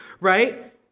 right